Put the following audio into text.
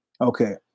Okay